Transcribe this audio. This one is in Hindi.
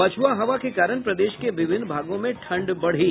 पछ्आ हवा के कारण प्रदेश के विभिन्न भागों में ठंड बढ़ी